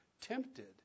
tempted